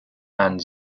and